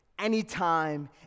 Anytime